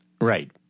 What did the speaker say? Right